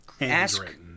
ask